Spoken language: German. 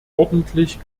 ordentlich